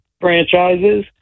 franchises